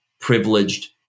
privileged